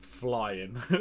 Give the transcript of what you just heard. flying